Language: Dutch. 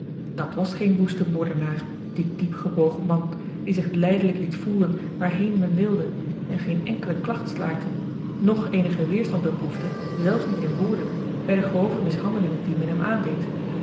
dat was geen woeste moordenaar die diepgebogen man die zich lijdelijk liet voeren waarheen men wilde en geen enkele klacht slaakte noch eenigen weêrstand beproefde zelfs niet in woorden bij de grove mishandelingen die men hem aandeed